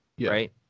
right